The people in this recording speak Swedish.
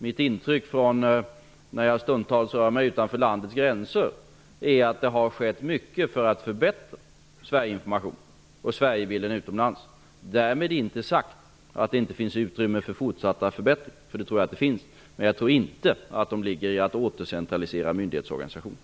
Mitt intryck, när jag stundtals rör mig utanför landets gränser, är att det har skett mycket för att förbättra Sverigeinformationen och Sverigebilden utomlands. Därmed inte sagt att det inte finns utrymme för fortsatta förbättringar, för det tror jag att det finns. Men jag tror inte att det ligger i att åter centralisera myndighetsorganisationen.